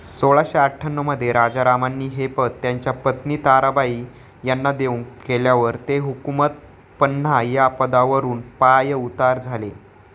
सोळाशे अठ्याण्णवमध्ये राजारामांनी हे पद त्यांच्या पत्नी ताराबाई यांना देऊ केल्यावर ते हुकूमत पन्हा या पदावरून पायउतार झाले